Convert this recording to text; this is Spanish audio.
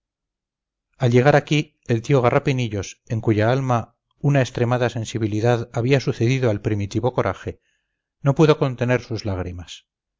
al llegar aquí el tío garrapinillos en cuya alma una extremada sensibilidad había sucedido al primitivo coraje no pudo contener sus lágrimas